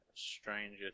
Stranger